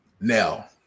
Now